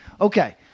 Okay